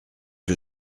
que